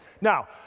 Now